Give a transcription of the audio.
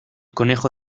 conejo